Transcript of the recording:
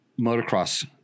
Motocross